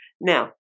Now